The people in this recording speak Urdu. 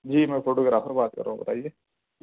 جی میں فوٹوگرافر بات کر رہا ہوں بتائیے